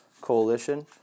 Coalition